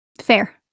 fair